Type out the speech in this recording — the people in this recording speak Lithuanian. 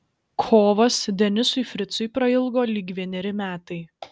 kovas denisui fricui prailgo lyg vieneri metai